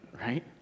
Right